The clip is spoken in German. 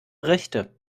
rechte